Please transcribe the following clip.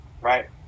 Right